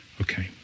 Okay